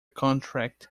contract